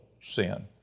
sin